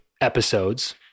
episodes